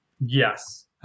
Yes